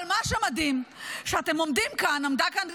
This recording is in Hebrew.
אבל מה שמדהים הוא שאתם עומדים כאן,